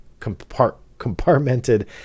compartmented